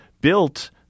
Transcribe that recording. built